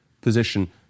position